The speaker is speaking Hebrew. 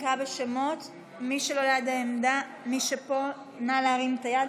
נקרא בשמות מי שפה ולא ליד העמדה.